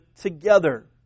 together